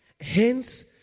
Hence